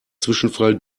zwischenfall